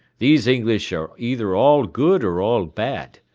these english are either all good or all bad.